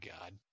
God